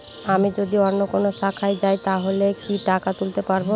আমি যদি অন্য কোনো শাখায় যাই তাহলে কি টাকা তুলতে পারব?